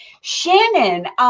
Shannon